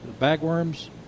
bagworms